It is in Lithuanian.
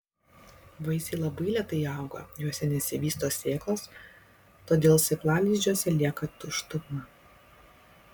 vaisiai labai lėtai auga juose nesivysto sėklos todėl sėklalizdžiuose lieka tuštuma